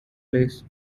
place